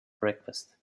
breakfast